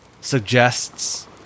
suggests